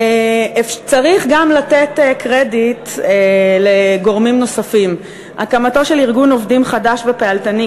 צריך לתת קרדיט גם לגורמים נוספים: הקמתו של ארגון עובדים חדש ופעלתני,